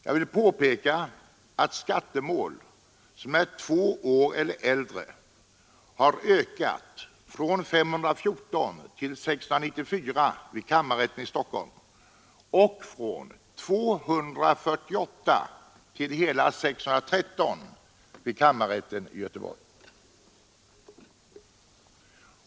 Jag vill påpeka att antalet skattemål som är två år eller äldre har ökat från 514 till 694 vid kammarrätten i Stockholm och från 248 till hela 613 vid kammarrätten i Göteborg.